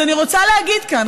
אז אני רוצה להגיד כאן,